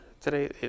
Today